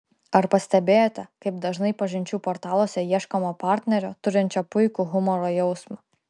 ar pastebėjote kaip dažnai pažinčių portaluose ieškoma partnerio turinčio puikų humoro jausmą